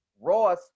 Ross